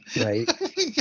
right